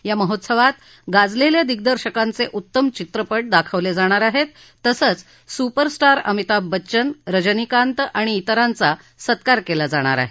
या महोत्सवात गाजलेल्या दिग्दर्शकांचे उत्तम चित्रपट दाखवले जाणार आहेत तसंच सुपरस्टार अमिताभ बच्चन रजनिकांत आणि तिरांचा सत्कार केला जाणार आहे